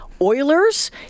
oilers